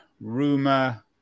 rumor